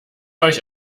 euch